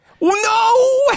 No